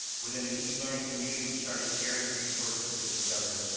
within an e-learning community, started sharing resources with each other.